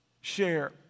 share